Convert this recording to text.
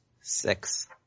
Six